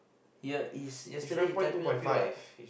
he he's yesterday he typing appeal what